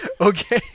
Okay